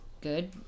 Good